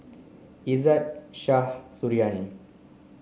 Izzat Shah Suriani